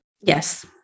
Yes